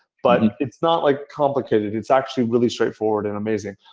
but and it's not like complicated. it's actually really straightforward and amazing.